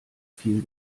viel